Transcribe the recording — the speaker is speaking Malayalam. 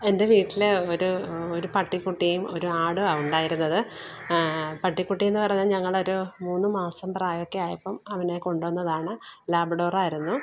എന്റെ വീട്ടില് ഒരു ഒരു പട്ടിക്കുട്ടിയും ഒരു ആടുമാണ് ഉണ്ടായിരുന്നത് പട്ടിക്കുട്ടി എന്ന് പറഞ്ഞാൽ ഞങ്ങളൊരു മൂന്നു മാസം പ്രായമൊക്കെ ആയപ്പം അവനെ കൊണ്ടുവന്നതാണ് ലാബ്ഡോറായിരുന്നു